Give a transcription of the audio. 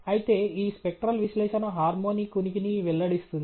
అయితే ఈ స్పెక్ట్రల్ విశ్లేషణ హార్మోనిక్ ఉనికిని వెల్లడిస్తుంది